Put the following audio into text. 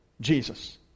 Jesus